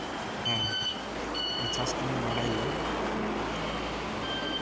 ᱦᱮᱸ ᱤᱧ ᱪᱟᱥ ᱠᱟᱹᱢᱤᱧ ᱵᱟᱲᱟᱭ ᱜᱮᱭᱟ